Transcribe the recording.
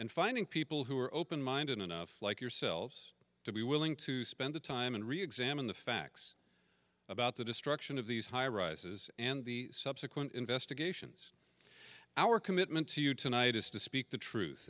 and finding people who are open minded enough like yourselves to be willing to spend the time and reexamine the facts about the destruction of these high rises and the subsequent investigations our commitment to you tonight is to speak the truth